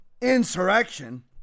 insurrection